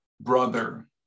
brother